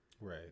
Right